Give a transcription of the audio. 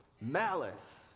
malice